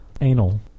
Anal